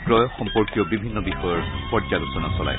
ক্ৰয় সম্পৰ্কীয় বিভিন্ন বিষয়ৰ পৰ্য্যালোচনা চলায়